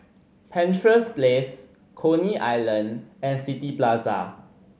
Penshurst Place Coney Island and City Plaza